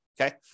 Okay